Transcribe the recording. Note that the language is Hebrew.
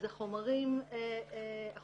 אז החומרים הם